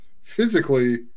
physically